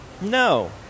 No